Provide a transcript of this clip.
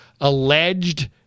alleged